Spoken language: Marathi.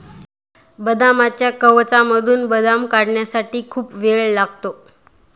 बदामाच्या कवचामधून बदाम काढण्यासाठी खूप वेळ लागतो